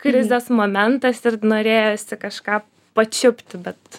krizės momentas ir norėjosi kažką pačiupti bet